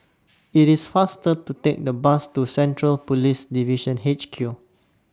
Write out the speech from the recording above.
IT IS faster to Take The Bus to Central Police Division H Q